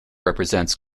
represents